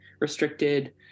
restricted